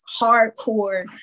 hardcore